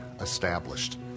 established